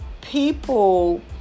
people